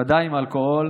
ודאי עם אלכוהול,